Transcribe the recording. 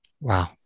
Wow